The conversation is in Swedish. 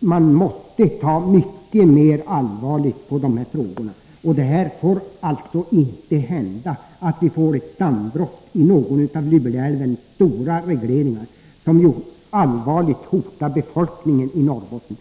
man måste ta mycket mera allvarligt på de här frågorna. Det får inte hända att vi får ett dammbrott i någon av Luleälvens stora regleringar; det skulle allvarligt hota befolkningen inom Norrbotten.